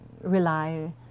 rely